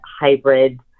hybrid